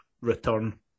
return